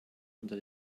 unter